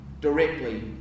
Directly